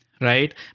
right